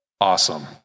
awesome